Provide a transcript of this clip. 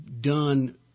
done